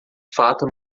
fato